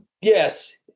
yes